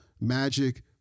magic